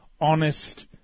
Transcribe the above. honest